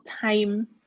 time